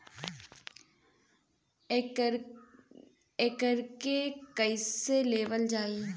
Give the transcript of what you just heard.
एकरके कईसे लेवल जाला?